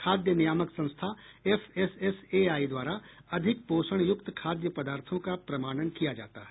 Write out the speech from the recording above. खाद्य नियामक संस्था एफएसएसएआइ द्वारा अधिक पोषण युक्त खाद्य पदार्थों का प्रमाणन किया जाता है